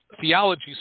theology